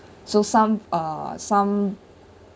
so some uh some